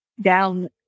down